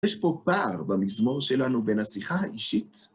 יש פה פער במזמור שלנו בין השיחה האישית.